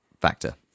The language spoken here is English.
factor